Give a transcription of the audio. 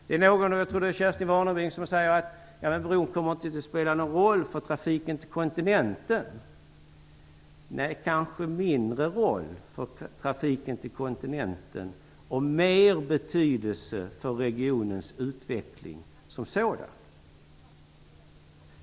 Jag tror att det var Kerstin Warnerbring som sade att en bro inte kommer att spela någon roll för trafiken med kontinenten. Nej, kanske en mindre roll för trafiken med kontinenten men en större roll för regionens utveckling som sådan.